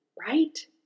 right